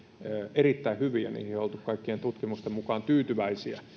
erittäin hyviä niihin on oltu kaikkien tutkimusten mukaan tyytyväisiä